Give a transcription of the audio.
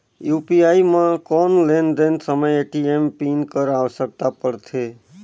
UPI म कौन लेन देन समय ए.टी.एम पिन कर आवश्यकता पड़थे?